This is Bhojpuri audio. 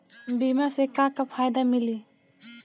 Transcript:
बीमा से का का फायदा मिली?